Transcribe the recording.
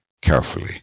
carefully